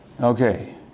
Okay